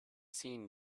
seen